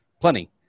plenty